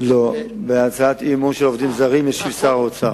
על הצעת האי-אמון לגבי העובדים הזרים ישיב שר האוצר.